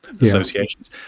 associations